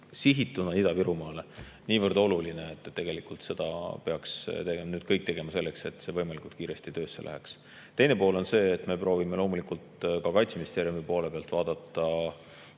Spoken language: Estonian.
sihituna Ida-Virumaale niivõrd oluline, et tegelikult peaksime me nüüd tegema kõik selleks, et see võimalikult kiiresti töösse läheks. Teine pool on see, et me proovime loomulikult ka Kaitseministeeriumi poole pealt vaadates